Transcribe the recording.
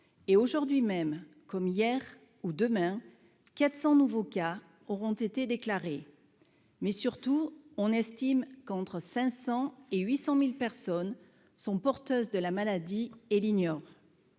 et aujourd'hui même, comme hier ou demain, 400 nouveaux cas auront été déclarés, mais surtout on estime qu'entre 500 et 800000 personnes sont porteuses de la maladie et l'ignore,